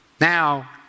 Now